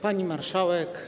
Pani Marszałek!